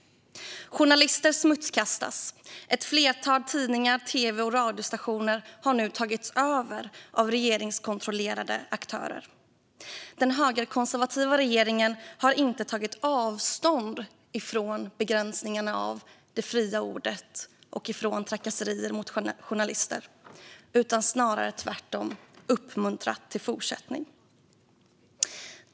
Journalister smutskastas, och ett flertal tidningar och tv och radiostationer har nu tagits över av regeringskontrollerade aktörer. Den högerkonservativa regeringen har inte tagit avstånd från begränsningarna av det fria ordet och från trakasserier mot journalister utan snarare tvärtom uppmuntrat till fortsättning.